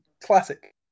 classic